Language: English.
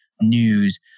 news